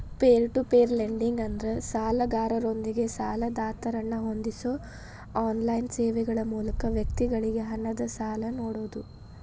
peer to peer lending ಅಂದ್ರ ಸಾಲಗಾರರೊಂದಿಗೆ ಸಾಲದಾತರನ್ನ ಹೊಂದಿಸೋ ಆನ್ಲೈನ್ ಸೇವೆಗಳ ಮೂಲಕ ವ್ಯಕ್ತಿಗಳಿಗಿ ಹಣನ ಸಾಲ ನೇಡೋದು